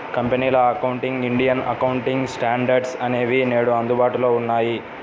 కంపెనీల accounting, Indian accounting standards అనేవి నేడు అందుబాటులో ఉన్నాయి